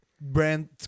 Brand